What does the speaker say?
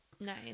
Nice